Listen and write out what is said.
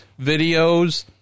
videos